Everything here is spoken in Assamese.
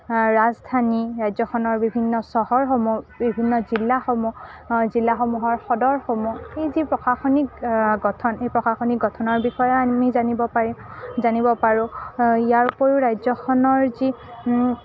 ৰাজধানী ৰাজ্যখনৰ বিভিন্ন চহৰসমূহ বিভিন্ন জিলাসমূহ জিলাসমূহৰ সদৰসমূহ এই যি প্ৰশাসনিক গঠন এই প্ৰশাসনিক গঠনৰ বিষয়ে আপুনিও জানিব পাৰিম জানিব পাৰোঁ ইয়াৰ উপৰিও ৰাজ্যখনৰ যি